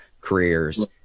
careers